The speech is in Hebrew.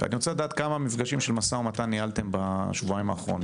אני רוצה לדעת כמה מפגשים של משא ומתן ניהלתם בשבועיים האחרונים.